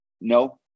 No